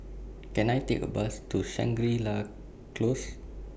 Can I Take A Bus to Shangri La Close